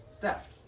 theft